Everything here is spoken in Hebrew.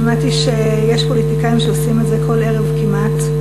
שמעתי שיש פוליטיקאים שעושים את זה כל ערב כמעט,